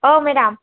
औ मेदाम